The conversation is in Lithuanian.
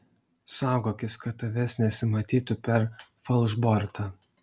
saugokis kad tavęs nesimatytų per falšbortą